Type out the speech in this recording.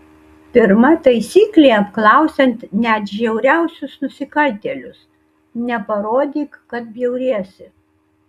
pirma taisyklė apklausiant net žiauriausius nusikaltėlius neparodyk kad bjauriesi